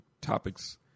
topics